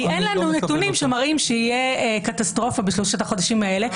כי אין לנו נתונים שמראים שתהיה קטסטרופה בשלושת החודשים האלה.